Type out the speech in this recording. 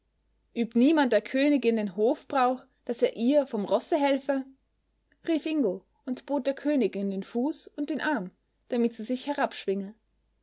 übt niemand der königin den hofbrauch daß er ihr vom rosse helfe rief ingo und bot der königin den fuß und den arm damit sie sich